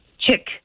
chick